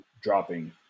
dropping